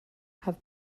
have